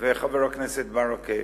חבר הכנסת ברכה,